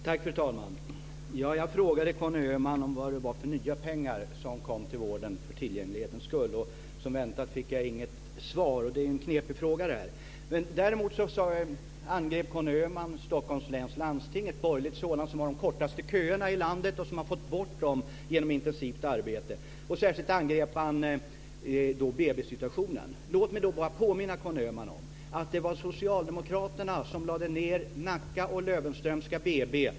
Fru talman! Jag frågade Conny Öhman om vad det var för nya pengar som kom till vården för tillgänglighetens skull. Som väntat fick jag inget svar. Det är en knepig fråga. Däremot angrep Conny Öhman Stockholms läns landsting - ett borgerligt sådant - som har de kortaste köerna i landet och som har fått bort köerna genom intensivt arbete. Särskilt angrep han BB-situationen. Låt mig bara påminna Conny Öhman om att det var socialdemokraterna som lade ned BB i Nacka och på Löwenströmska.